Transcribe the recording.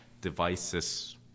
devices